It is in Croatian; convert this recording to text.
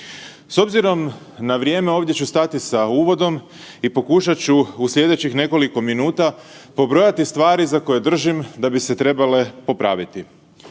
S obzirom na vrijeme ovdje ću stati sa uvodom i pokušat ću u slijedećih nekoliko minuta pobrojati stvari za koje držim da bi se trebale popraviti.